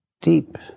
deep